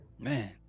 Man